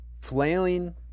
flailing